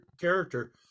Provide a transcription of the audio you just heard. character